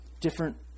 Different